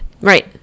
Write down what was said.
right